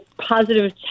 positive